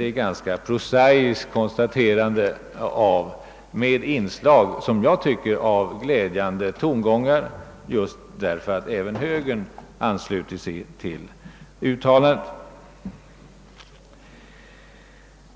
Det är ett ganska prosaiskt konstaterande, som enligt min mening har inslag av glädjande tongångar just därför att även högern ansluter sig till uttalandet.